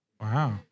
Wow